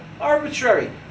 Arbitrary